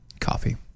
coffee